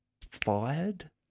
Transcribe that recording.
fired